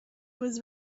was